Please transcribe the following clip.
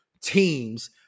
Teams